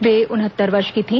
वे उनहत्तर वर्ष की थी